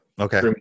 Okay